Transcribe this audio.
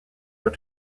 out